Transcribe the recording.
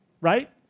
right